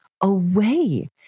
away